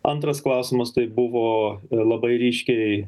antras klausimas tai buvo labai ryškiai